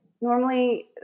normally